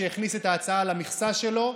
שהכניס את ההצעה למכסה שלו.